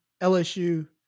LSU